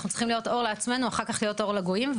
אנחנו צריכים להיות אור לעצמנו כדי להיות אור לגויים.